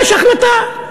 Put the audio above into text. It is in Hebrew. יש החלטה.